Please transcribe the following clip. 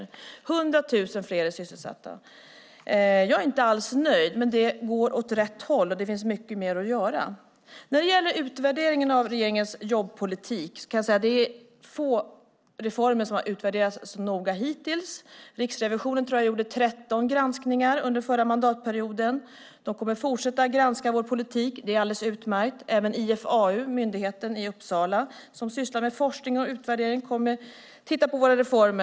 Vi har också 100 000 fler som är sysselsatta. Jag är inte alls nöjd, men det går åt rätt håll, även om det finns mycket mer att göra. När det gäller utvärderingen av regeringens jobbpolitik kan jag säga att det är få reformer som har utvärderats så noga hittills. Riksrevisionen tror jag gjorde 13 granskningar under den förra mandatperioden. De kommer att fortsätta granska vår politik. Det är alldeles utmärkt. Även IFAU, myndigheten i Uppsala som sysslar med forskning och utvärdering, kommer att titta på våra reformer.